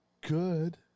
Good